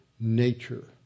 Nature